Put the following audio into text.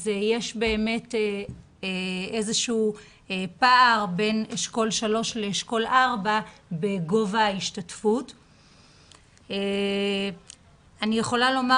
יש איזשהו פער בגובה ההשתתפות בין אשכול 3 לאשכול 4. אני יכולה לומר